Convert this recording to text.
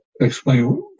explain